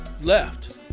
left